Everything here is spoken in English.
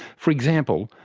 for example,